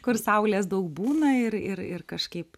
kur saulės daug būna ir ir ir kažkaip